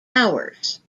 hours